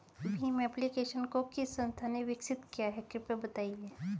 Bhim application को किस संस्था ने विकसित किया है कृपया बताइए?